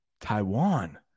taiwan